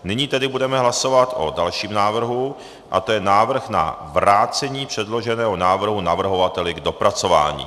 Nyní tedy budeme hlasovat o dalším návrhu a to je návrh na vrácení předloženého návrhu navrhovateli k dopracování.